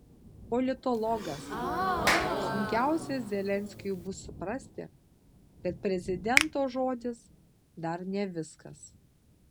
politologas sunkiausia zelenskiui bus suprasti kad prezidento žodis dar ne viskas